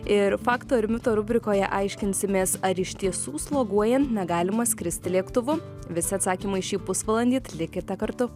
ir fakto ir mito rubrikoje aiškinsimės ar iš tiesų sloguojan negalima skristi lėktuvu visi atsakymai šį pusvalandį t likite kartu